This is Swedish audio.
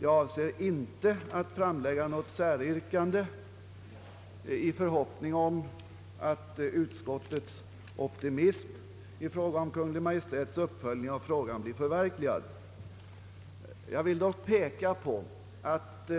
Jag avser inte att ställa något säryrkande, i förhoppning om att utskottets optimism när det gäller Kungl. Maj:ts uppföljning av frågan skall visa sig befogad. Jag vill dock peka på att